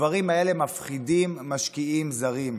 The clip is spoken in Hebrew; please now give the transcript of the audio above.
הדברים האלה מפחידים משקיעים זרים,